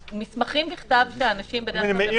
המסמכים בכתב שאנשים --- אם אני אומר